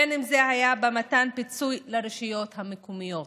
בין שזה היה במתן פיצוי לרשויות המקומיות.